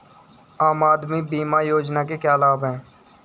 आम आदमी बीमा योजना के क्या लाभ हैं?